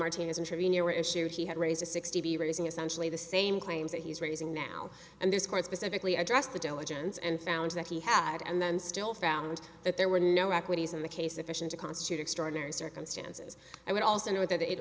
martinez intervenor issue he had raised a sixty raising essentially the same claims that he's raising now and there's quite specifically addressed the diligence and sounds that he had and then still found that there were no equities in the case efficient to constitute extraordinary circumstances i would also note that it